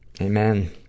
Amen